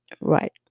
Right